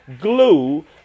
glue